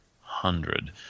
hundred